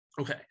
Okay